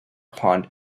pond